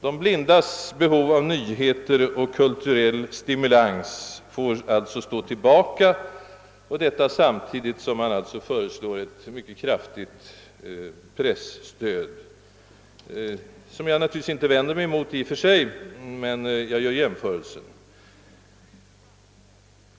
De blindas behov av nyheter och kulturell stimulans får alltså stå tillbaka, samtidigt som man föreslår ett kraftigt presstöd. Naturligtvis vänder jag mig inte mot detta i och för sig, men jag gör jämförelser.